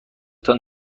تان